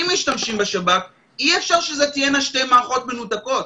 אם משתמשים בשב"כ אי-אפשר שתהיינה שתי מערכות מנותקות.